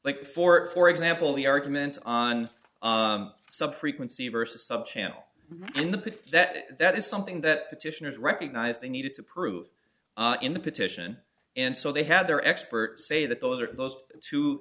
like for it for example the argument on sub frequency versus sub channel and the pitch that that is something that petitioners recognize they needed to prove in the petition and so they had their experts say that those are those two